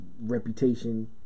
reputation